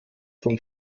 vom